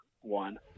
one